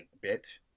bit